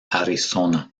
arizona